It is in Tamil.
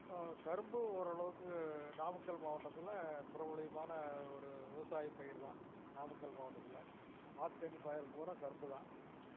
கரும்பு ஓரளவுக்கு நாமக்கல் மாவட்டத்தில் பிரபலமான ஒரு விவசாய பயிர் தான் நாமக்கல் மாவட்டத்தில் ஆற்று தண்ணி பாயிறது பூரா கரும்பு தான்